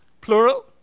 plural